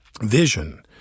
vision